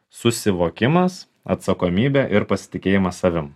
susivokimas atsakomybė ir pasitikėjimas savim